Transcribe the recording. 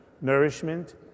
nourishment